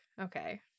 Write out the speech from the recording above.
Okay